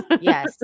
Yes